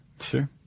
Sure